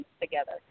together